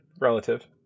Relative